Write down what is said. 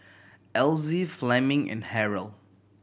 Elzie Fleming and Harold